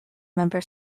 member